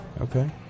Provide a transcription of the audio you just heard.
Okay